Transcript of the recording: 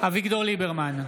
אביגדור ליברמן,